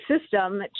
system